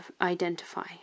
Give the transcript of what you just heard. identify